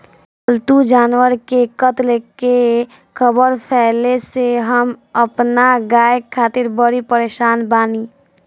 पाल्तु जानवर के कत्ल के ख़बर फैले से हम अपना गाय खातिर बड़ी परेशान बानी